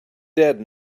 dead